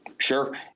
Sure